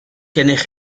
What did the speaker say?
gennych